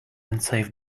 unsafe